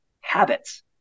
habits